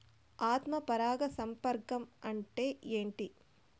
ఆత్మ పరాగ సంపర్కం అంటే ఏంటి?